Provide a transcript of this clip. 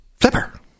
Flipper